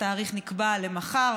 התאריך נקבע למחר,